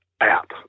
app